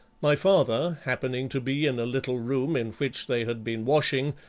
my father, happening to be in a little room in which they had been washing,